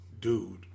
Dude